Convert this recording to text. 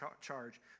charge